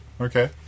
Okay